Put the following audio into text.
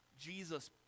Jesus